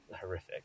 horrific